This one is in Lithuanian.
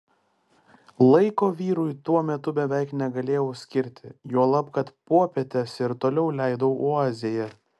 laiko vyrui tuo metu beveik negalėjau skirti juolab kad popietes ir toliau leidau oazėje